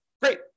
Great